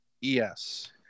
yes